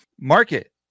market